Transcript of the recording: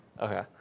Okay